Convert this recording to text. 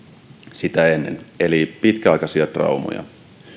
sitä ennen eli pitkäaikaisia traumoja